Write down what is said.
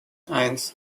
eins